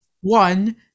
one